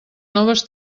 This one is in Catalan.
noves